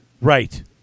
Right